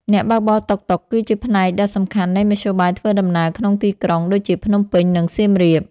អ្នកបើកបរតុកតុកគឺជាផ្នែកដ៏សំខាន់នៃមធ្យោបាយធ្វើដំណើរក្នុងទីក្រុងដូចជាភ្នំពេញ និងសៀមរាប។